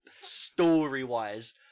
story-wise